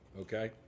Okay